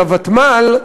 של הוותמ"ל,